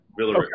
Villarica